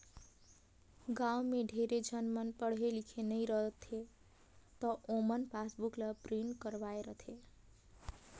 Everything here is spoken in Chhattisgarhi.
गाँव में ढेरे झन मन पढ़े लिखे नई रहें त ओमन पासबुक ल प्रिंट करवाये रथें